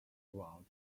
throughout